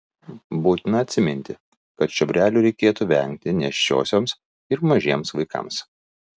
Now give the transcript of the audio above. būtina atsiminti kad čiobrelių reikėtų vengti nėščiosioms ir mažiems vaikams